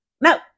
no